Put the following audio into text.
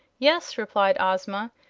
yes, replied ozma,